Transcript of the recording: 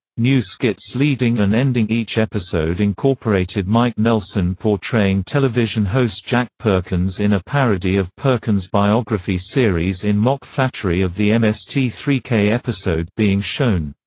new skits leading and ending each episode incorporated mike nelson portraying television host jack perkins in a parody of perkins' biography series in mock flattery of the m s t three k episode being shown.